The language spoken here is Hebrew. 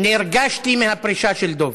נרגשתי מהפרישה של דב.